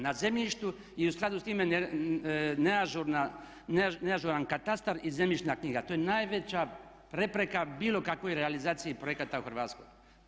Na zemljištu i u skladu s time neažuran katastar i zemljišna knjiga, to je najveća prepreka bilo kakvoj realizaciji projekata u Hrvatskoj.